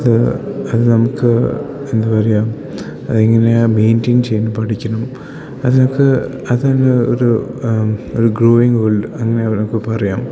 അത് അത് നമുക്ക് എന്താണ് പറയുക അത് ഇങ്ങനെ മെയിന്റയിൻ ചെയ്യാന് പഠിക്കണം അതിനൊക്കെ അതാണ് ഒരു ഒരു ഗ്രോയിങ്ങ് വേൾഡ് അങ്ങനെ അവനൊക്കെ പറയാം